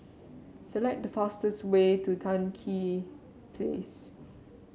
select the fastest way to Tan Tye Place